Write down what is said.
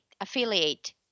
affiliate